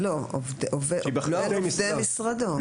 נציג משרד,